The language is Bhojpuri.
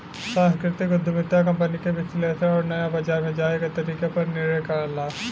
सांस्कृतिक उद्यमिता कंपनी के विश्लेषण आउर नया बाजार में जाये क तरीके पर निर्णय करला